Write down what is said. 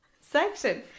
section